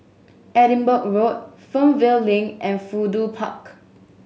Edinburgh Road Fernvale Link and Fudu Park